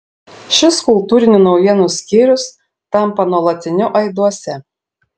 šis kultūrinių naujienų skyrius tampa nuolatiniu aiduose